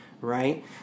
right